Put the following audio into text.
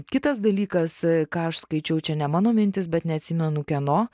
kitas dalykas ką aš skaičiau čia ne mano mintys bet neatsimenu kieno